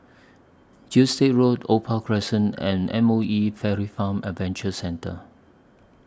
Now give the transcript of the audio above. Gilstead Road Opal Crescent and M O E Fairy Farm Adventure Centre